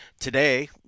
today